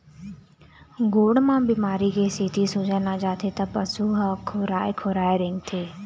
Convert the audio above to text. गोड़ म बेमारी के सेती सूजन आ जाथे त पशु ह खोराए खोराए रेंगथे